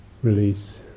Release